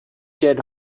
dead